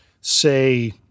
say